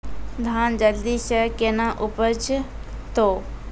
धान जल्दी से के ना उपज तो?